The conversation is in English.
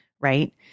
right